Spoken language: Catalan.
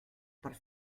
per